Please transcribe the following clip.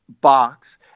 box